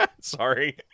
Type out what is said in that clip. Sorry